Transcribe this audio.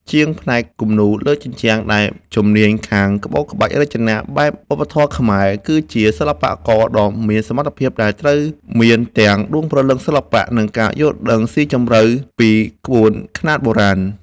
ជាងផ្នែកគំនូរលើជញ្ជាំងដែលជំនាញខាងក្បូរក្បាច់រចនាបែបវប្បធម៌ខ្មែរ គឺជាសិល្បករដ៏មានសមត្ថភាពដែលត្រូវមានទាំងដួងព្រលឹងសិល្បៈ និងការយល់ដឹងស៊ីជម្រៅពីក្បួនខ្នាតបុរាណ។